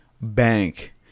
bank